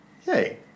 Hey